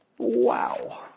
Wow